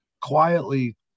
quietly